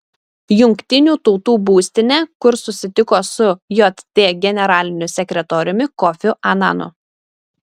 jungtinių tautų būstinę kur susitiko su jt generaliniu sekretoriumi kofiu ananu